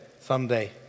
someday